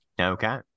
Okay